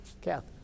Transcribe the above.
Kath